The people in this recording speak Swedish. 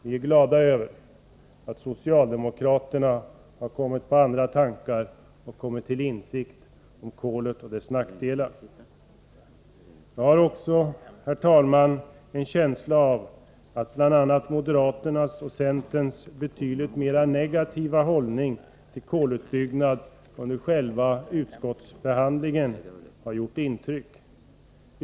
Vi är glada över att socialdemokraterna har kommit på andra tankar och till insikt om kolet och dess nackdelar. Jag har, herr talman, en känsla av att också moderaternas och centerns betydligt mera negativa hållning under själva utskottsbehandlingen till en kolutbyggnad har gjort intryck.